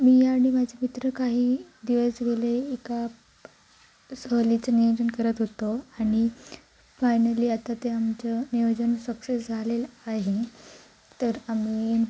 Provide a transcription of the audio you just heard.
मी आणि माझे मित्र काही दिवस गेले एका सहलीचे नियोजन करत होतो आणि फायनली आता ते आमचं नियोजन सक्सेस झालेलं आहे तर आम्ही